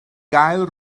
gael